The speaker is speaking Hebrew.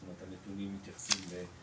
זאת אומרת הנתונים מתייחסים ל-2020,